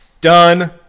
done